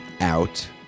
out